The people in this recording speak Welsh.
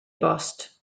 bost